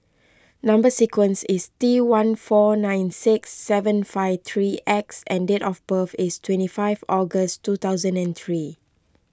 Number Sequence is T one four nine six seven five three X and date of birth is twenty five August two thousand and three